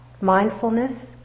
mindfulness